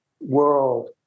world